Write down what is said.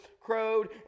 crowed